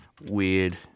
weird